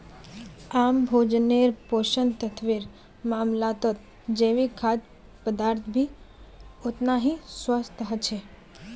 आम भोजन्नेर पोषक तत्वेर मामलाततजैविक खाद्य पदार्थ भी ओतना ही स्वस्थ ह छे